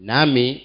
Nami